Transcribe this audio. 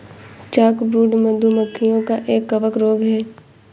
chalkbrood, मधु मक्खियों का एक कवक रोग है